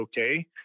okay